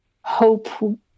hope